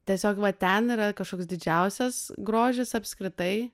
tiesiog va ten yra kažkoks didžiausias grožis apskritai